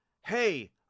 hey